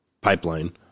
pipeline